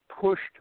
pushed